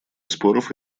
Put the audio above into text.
споров